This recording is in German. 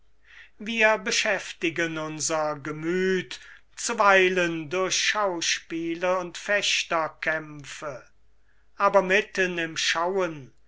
wir beschäftigen unser gemüth zuweilen durch schauspiele und fechterkämpfe aber mitten im schauen